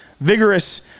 vigorous